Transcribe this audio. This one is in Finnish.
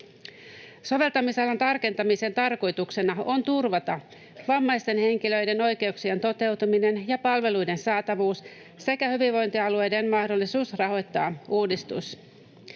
Soveltamisalan tarkentamisen tarkoituksena on turvata vammaisten henkilöiden oikeuksien toteutuminen ja palveluiden saatavuus sekä hyvinvointialueiden mahdollisuus rahoittaa uudistus.